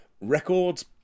records